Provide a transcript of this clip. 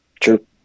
True